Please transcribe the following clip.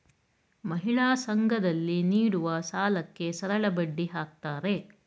ಮಹಿಳಾ ಸಂಘ ದಲ್ಲಿ ನೀಡುವ ಸಾಲಕ್ಕೆ ಸರಳಬಡ್ಡಿ ಹಾಕ್ತಾರೆ